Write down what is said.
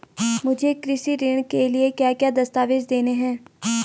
मुझे कृषि ऋण के लिए क्या क्या दस्तावेज़ देने हैं?